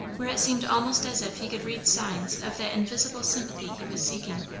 where it seemed almost as if he could read signs of that invisible sympathy he was seeking.